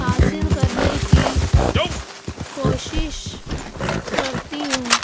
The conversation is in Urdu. حاصل کرنے کی کوشش کرتی ہوں